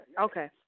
Okay